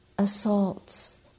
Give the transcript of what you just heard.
assaults